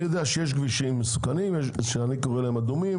אני יודע שיש כבישים מסוכנים אני קורא להם אדומים,